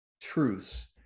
truths